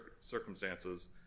circumstances